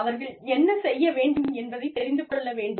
அவர்கள் என்ன செய்ய வேண்டும் என்பதைத் தெரிந்து கொள்ள வேண்டும்